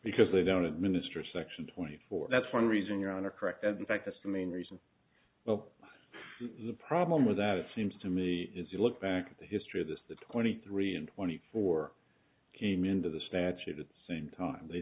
because they don't administer section twenty four that's one reason your honor correct and in fact assuming reason well the problem with that it seems to me is you look back at the history of this the twenty three and twenty four came into the statute at the same time they